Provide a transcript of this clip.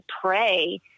pray